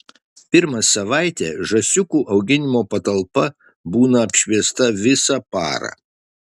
pirmą savaitę žąsiukų auginimo patalpa būna apšviesta visą parą